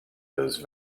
those